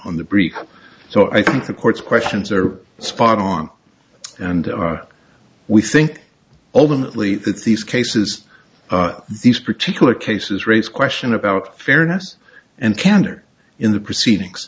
on the break so i think the court's questions are spot on and we think ultimately that these cases these particular cases raise question about fairness and candor in the proceedings